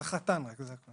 רק צריך חתן, זה הכל.